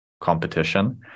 competition